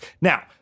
Now